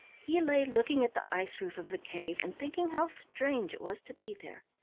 he lay looking at the ice-roof of the cave and thinking how strange it was to be there.